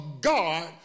God